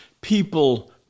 people